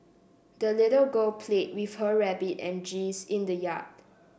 the little girl played with her rabbit and geese in the yard